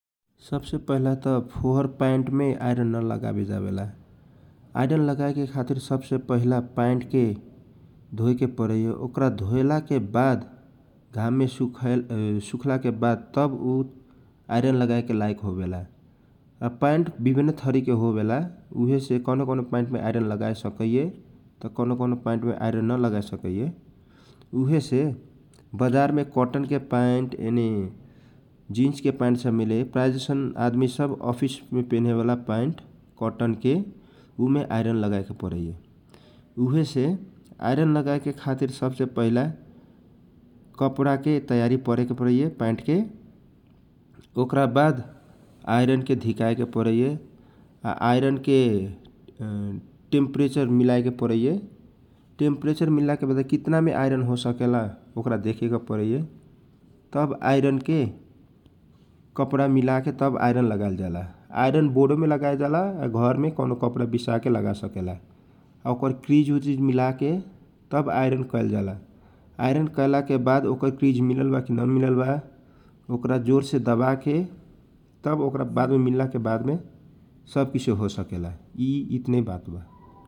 सबसे पहिला फोहोर पायन्ट मे आइरन नलागे वे जाला आइरण लगाए के खातिर पायनट धोएके पारइए ओकरा सुखला के बाद उ आइरण लगाए लायक होवेला पायनट विभिनन थरीके होवेला उहे से कौनो कौनो पायनट मे आइरण लगा सकेल त कौनो पायनट मे नलगासकेला उहे से बजारमे जिनस आ कटन पायन्ट मिलेला प्राय जैसन अफीस मे पेने वाल कटन के पायन ट मे आइरण लगाए जावेला उहे से आइरण लगाए खातीर लुगा के तयार कयल जाला ओकरा बाद आइरन धिकाय जाला तव ओकरा के इस्टेन्ड या त घरमे लुगा विसके आइरण लगा सकेला ।